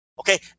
Okay